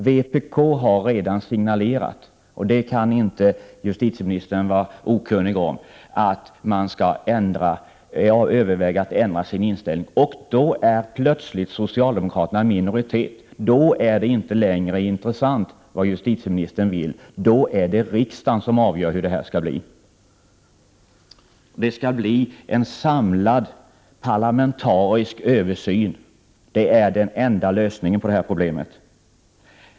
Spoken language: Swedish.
Vpk har redan signalerat — och det kan justitieministern inte vara okunnig om — att man överväger att ändra sin inställning, och då blir socialdemokraterna plötsligt i minoritet. Då är det inte längre intressant vad justitieministern vill utan det är riksdagen som avgör. Det skall bli en samlad parlamentarisk översyn. Detta är den enda lösningen på problemet.